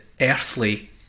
earthly